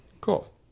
Cool